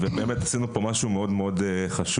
ובאמת עשינו פה משהו מאוד מאוד חשוב.